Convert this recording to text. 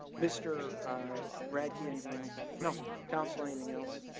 mister radke. anything else? no counseling. anything else?